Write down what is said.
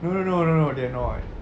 no no no no they are not